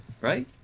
Right